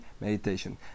meditation